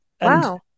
wow